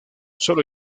solo